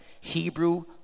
Hebrew